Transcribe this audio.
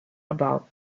above